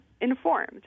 informed